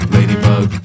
Ladybug